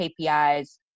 KPIs